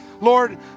Lord